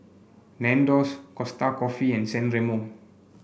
Nandos Costa Coffee and San Remo